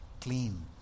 clean